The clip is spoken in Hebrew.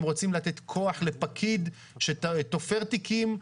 הם רוצים לתת כוח לפקיד שתופר תיקים,